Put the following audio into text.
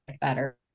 better